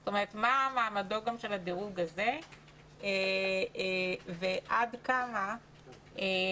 זאת אומרת מה מעמדו של הדירוג הזה ועד כמה המל"ג